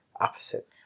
opposite